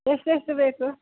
ಎಷ್ಟೆಷ್ಟು ಬೇಕು